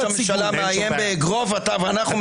ראש הממשלה מאיים באגרוף, ואנחנו מסיתים.